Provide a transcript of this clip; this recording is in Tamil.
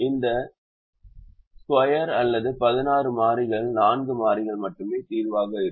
இந்த சதுரம் அல்லது பதினாறு மாறிகள் நான்கு மாறிகள் மட்டுமே தீர்வாக இருக்கும்